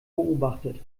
beobachtet